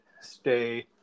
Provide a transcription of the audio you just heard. stay